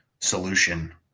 solution